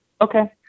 Okay